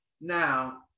now